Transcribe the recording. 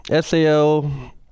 SAO